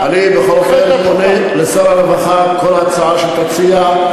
אני בכל אופן פונה אל שר הרווחה: כל הצעה שתציע,